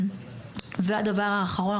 והדבר האחרון,